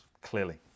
clearly